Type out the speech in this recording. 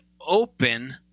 open